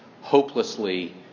hopelessly